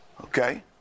Okay